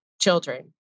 children